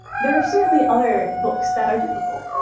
there are certainly other books that are difficult.